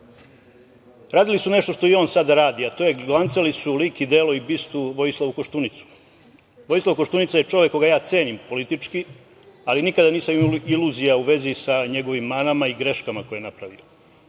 radili su nešto što i on sada radi, a to je glancali su lik i delo i bistu Vojislavu Koštunici. Vojislav Koštunica je čovek koga ja cenim politički, ali nikada nisam imao iluzija u vezi sa njegovim manama i greškama koje je napravio. Mislim